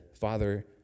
Father